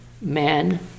men